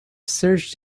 searched